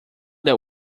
that